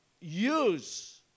use